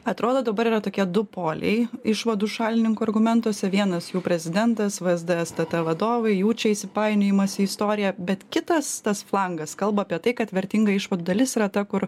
atrodo dabar yra tokie du poliai išvadų šalininkų argumentuose vienas jų prezidentas vsd sst vadovai jų čia įsipainiojimas į istoriją bet kitas tas flangas kalba apie tai kad vertinga išvadų dalis yra ta kur